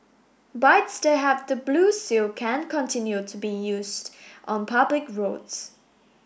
bikes that have the blue seal can continue to be used on public roads